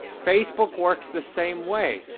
facebook works the same way.